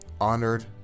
Honored